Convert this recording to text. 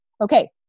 okay